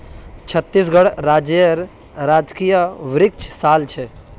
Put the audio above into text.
छत्तीसगढ़ राज्येर राजकीय वृक्ष साल छे